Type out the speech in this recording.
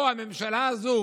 פה, הממשלה הזאת